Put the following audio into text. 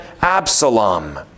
Absalom